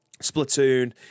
Splatoon